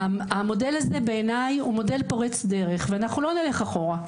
המודל הזה בעיני הוא מודל פורץ דרך ואנחנו לא נלך אחורה,